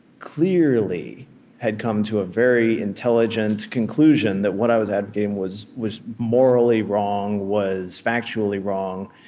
clearly had come to a very intelligent conclusion that what i was advocating was was morally wrong, was factually wrong.